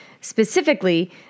specifically